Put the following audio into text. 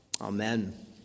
Amen